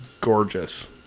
gorgeous